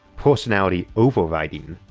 personality overwriting,